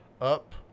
up